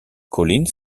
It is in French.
collins